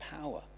power